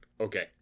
Okay